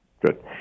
Good